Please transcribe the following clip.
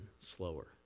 slower